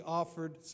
offered